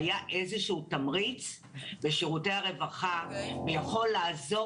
זה היה איזשהו תמריץ בשירותי הרווחה שיכול לעזור